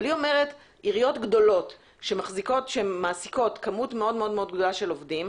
אבל היא אומרת שעיריות גדולות שמעסיקות כמות מאוד מאוד גדולה של עובדים,